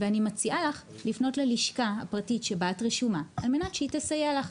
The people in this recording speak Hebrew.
אני מציעה לך לפנות ללשכה הפרטית שבה את רשומה על מנת שהיא תסייע לך,